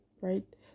right